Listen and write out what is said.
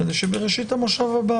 ונשב בראשית המושב הבא,